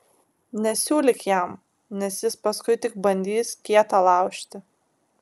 nesiūlyk jam nes jis paskui tik bandys kietą laužti